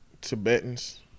tibetans